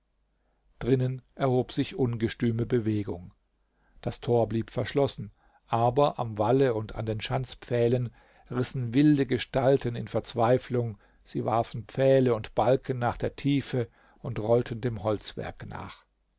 drinnen erhob sich ungestüme bewegung das tor blieb verschlossen aber am walle und an den schanzpfählen rissen wilde gestalten in verzweiflung sie warfen pfähle und balken nach der tiefe und rollten dem holzwerk nach